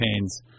pains